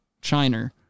China